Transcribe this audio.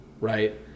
right